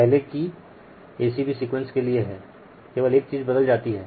यह पहले कि a c b सीक्वेंस के लिए हैं केवल एक चीज बदल जाती हैं